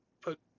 Put